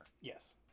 Yes